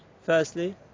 Firstly